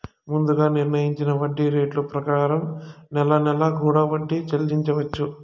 ముందుగా నిర్ణయించిన వడ్డీ రేట్ల ప్రకారం నెల నెలా కూడా వడ్డీ చెల్లించవచ్చు